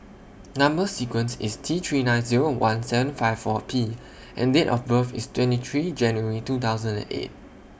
Number sequence IS T three nine Zero one seven five four P and Date of birth IS twenty three January two thousand and eight